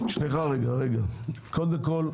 קודם כל,